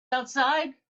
outside